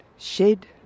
Shed